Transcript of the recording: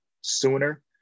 sooner